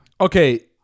okay